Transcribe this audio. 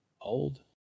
Old